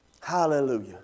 Hallelujah